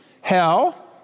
Hell